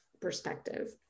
perspective